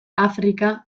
afrika